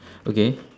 okay